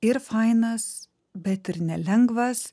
ir fainas bet ir nelengvas